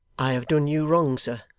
i have done you wrong, sir,